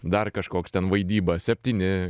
dar kažkoks ten vaidyba septyni